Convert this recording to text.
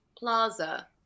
Plaza